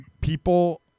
people